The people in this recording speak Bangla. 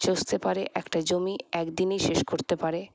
চষতে পারে একটা জমি এক দিনেই শেষ করতে পারে